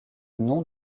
nom